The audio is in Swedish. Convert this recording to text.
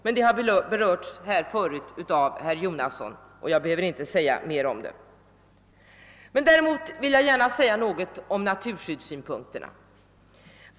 Men det svaret har herr Jonasson redan berört, varför jag inte behöver säga något om det. Däremot vill jag gärna säga något om naturskyddssynpunkterna.